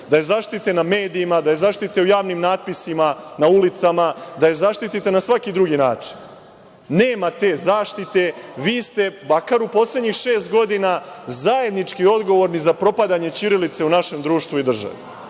da je zaštite na medijima, da zaštite u javnim natpisima, na ulicama, da zaštitite na svaki drugi način. Nema te zaštite, vi ste, makar u poslednjih šest godina zajednički odgovorni za propadanje ćirilice u našem društvu i državi.